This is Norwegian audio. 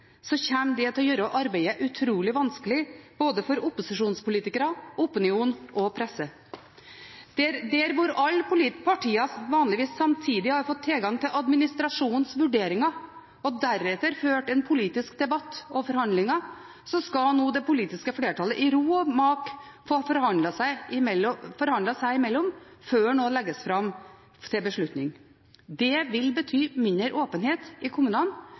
det til å gjøre arbeidet utrolig vanskelig for både opposisjonspolitikere, opinion og presse. Der hvor alle partier vanligvis samtidig har fått tilgang til administrasjonens vurderinger, og deretter ført en politisk debatt og forhandlinger, skal nå det politiske flertallet i ro og mak få forhandlet seg imellom før noe legges fram til beslutning. Det vil bety mindre åpenhet i kommunene,